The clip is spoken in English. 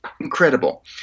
incredible